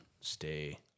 stay